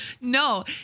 No